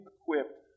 equipped